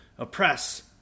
oppress